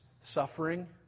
suffering